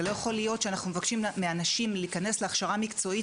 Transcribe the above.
זה לא יכול להיות שאנחנו מבקשים מאנשים להיכנס להכשרה מקצועית,